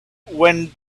when